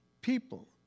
people